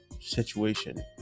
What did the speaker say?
situation